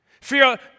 Fear